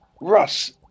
Russ